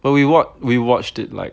well we watch we watched it like